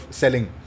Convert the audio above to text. selling